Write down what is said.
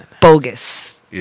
bogus